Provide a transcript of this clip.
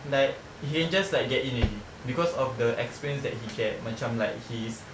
like he can just like get in already because of the experience that he get macam like his